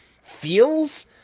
feels